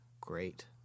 great